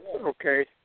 Okay